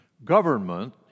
Government